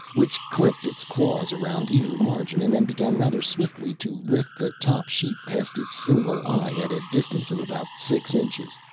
which clicked its claws around either margin and then began rather swiftly to lift the top sheet past its single eye at a distance of about six inches.